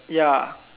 ya